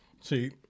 See